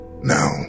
Now